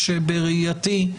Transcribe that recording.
כשבראייתי היא